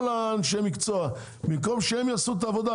במקום שכל אנשי המקצוע יעשו את העבודה,